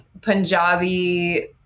Punjabi